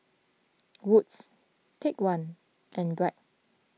Wood's Take one and Bragg